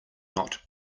not